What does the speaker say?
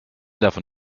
davon